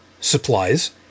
supplies